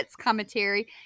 commentary